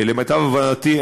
למיטב הבנתי,